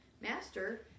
Master